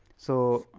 so,